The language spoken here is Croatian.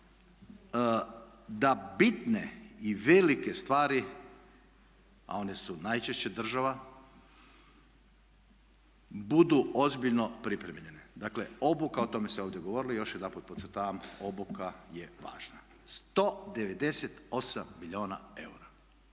Da bitne i velike stvari a one su najčešće država budu ozbiljno pripremljene, dakle obuka, o tome se ovdje govorilo i još jedanput podcrtava, obuka je važna. 198 milijuna eura